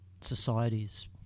societies